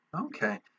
Okay